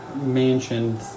mansion